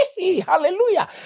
hallelujah